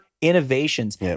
innovations